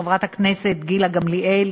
חברת הכנסת גילה גמליאל,